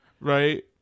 Right